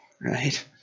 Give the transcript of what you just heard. Right